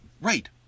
right